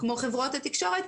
כמו חברות התקשורת,